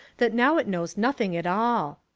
that now it knows nothing at all.